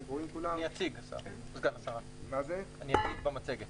סגן השרה, אני אציג את זה במצגת.